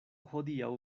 hodiaŭ